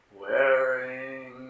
wearing